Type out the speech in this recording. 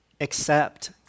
accept